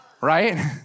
Right